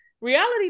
reality